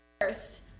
First